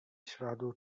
śladu